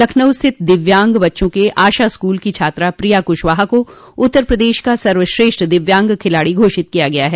लखनऊ स्थित दिव्यांग बच्चों के आशा स्कूल की छात्रा प्रिया कुशवाहा को उत्तर प्रदेश का सर्वश्रेष्ठ दिव्यांग खिलाड़ी घोषित किया गया है